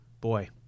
boy